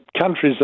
countries